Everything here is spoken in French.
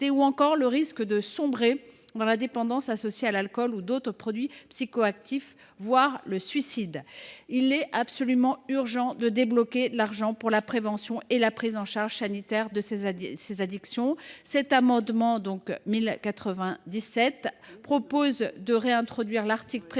ou encore risque de sombrer dans la dépendance à l’alcool ou à d’autres produits psychoactifs, voire suicide. Il est absolument urgent de débloquer de l’argent pour la prévention et la prise en charge sanitaire de ces addictions. Cet amendement vise donc à réintroduire la rédaction